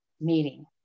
meeting